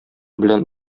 белән